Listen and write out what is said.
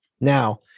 Now